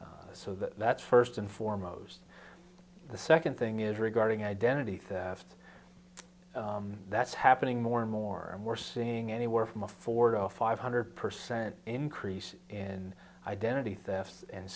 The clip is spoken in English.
so that's first and foremost the second thing is regarding identity theft that's happening more and more and we're seeing anywhere from a four to five hundred percent increase in identity theft and